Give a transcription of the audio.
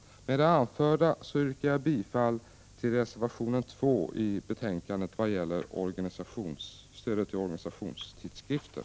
Med det anförda yrkar jag bifall till reservationer A 2 i betänkandet, vad gäller stödet till organisationstidskrifter.